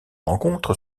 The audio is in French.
rencontre